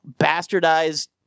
bastardized